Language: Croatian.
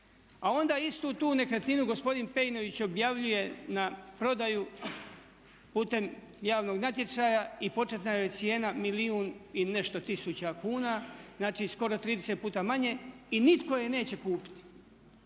a onda istu tu nekretninu gospodin Peinović objavljuje na prodaju putem javnog natječaja i početna joj je cijena milijun i nešto tisuća kuna, znači skoro 30 puta manje i nitko je neće kupiti